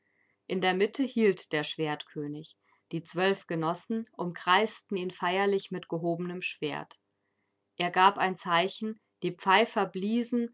in der mitte hielt der schwertkönig die zwölf genossen umkreisten ihn feierlich mit gehobenem schwert er gab ein zeichen die pfeifer bliesen